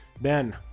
Ben